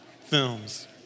films